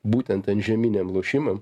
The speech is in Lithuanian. būtent antžeminiam lošimam